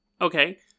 okay